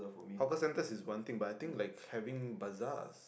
hawker centres is one thing but I think like having bazaars